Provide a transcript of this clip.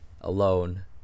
alone